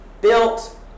Built